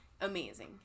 amazing